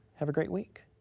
have a great week.